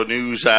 News